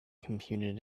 computed